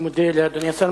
אני מודה לאדוני השר.